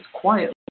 quietly